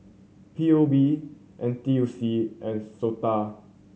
P O B N T U C and SOTA